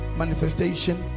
manifestation